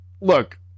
Look